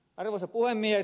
arvoisa puhemies